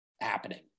happening